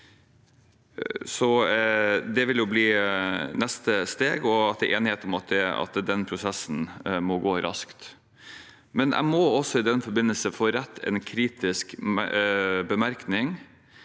Det vil bli neste steg, og det er enighet om at den prosessen må gå raskt. Jeg må også i den forbindelse få rette en kritisk bemerkning